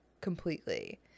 completely